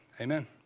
Amen